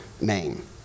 name